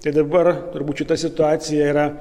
tai dabar turbūt šita situacija yra